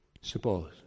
Suppose